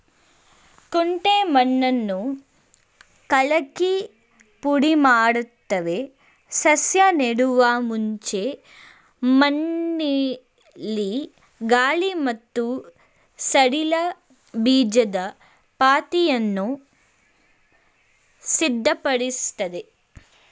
ಕುಂಟೆ ಮಣ್ಣನ್ನು ಕಲಕಿ ಪುಡಿಮಾಡ್ತವೆ ಸಸ್ಯ ನೆಡುವ ಮುಂಚೆ ಮಣ್ಣಲ್ಲಿ ಗಾಳಿ ಮತ್ತು ಸಡಿಲ ಬೀಜದ ಪಾತಿಯನ್ನು ಸಿದ್ಧಪಡಿಸ್ತದೆ